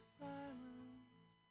silence